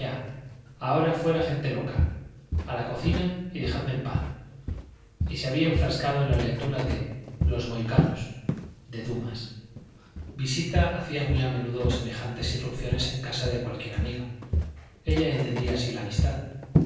ahora fuera gente loca a la cocina y dejadme en paz y se había enfrascado en la lectura de los mohicanos de dumas visita hacía muy a menudo semejantes irrupciones en casa de cualquier amiga ella entendía así la amistad